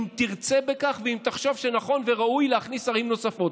אם תרצה בכך ואם תחשוב שנכון וראוי להכניס ערים נוספות,